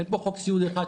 אין פה חוק סיעוד אחד,